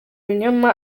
ibinyoma